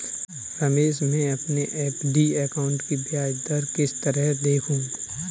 रमेश मैं अपने F D account की ब्याज दर किस तरह देखूं?